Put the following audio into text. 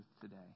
today